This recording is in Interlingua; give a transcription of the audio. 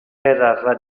era